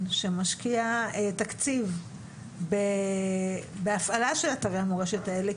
שמשקיע תקציב בהפעלה של אתרי המורשת האלה,